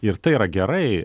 ir tai yra gerai